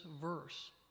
verse